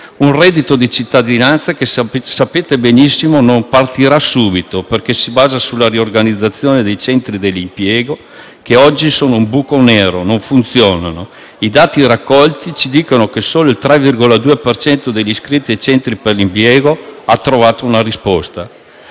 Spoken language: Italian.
Un reddito di cittadinanza che sapete benissimo non partirà subito, perché si basa sulla riorganizzazione dei centri dell'impiego, che oggi sono un buco nero, non funzionano: i dati raccolti ci dicono che solo il 3,2 per cento degli iscritti ai centri per l'impiego ha trovato una risposta.